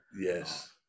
yes